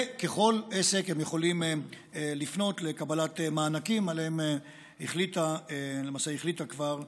וככל עסק הם יכולים לפנות לקבלת מענקים שעליהם למעשה החליטה כבר הממשלה.